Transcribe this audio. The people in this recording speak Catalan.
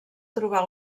trobar